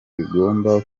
bigomba